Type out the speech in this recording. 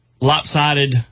lopsided